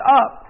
up